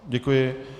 Děkuji.